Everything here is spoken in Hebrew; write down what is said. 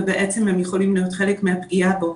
ובעצם הם יכולים להיות חלק מהפגיעה בו.